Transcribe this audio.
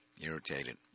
Irritated